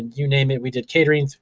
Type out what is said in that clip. you name it. we did catering.